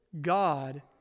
God